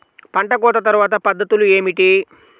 పంట కోత తర్వాత పద్ధతులు ఏమిటి?